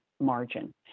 Margin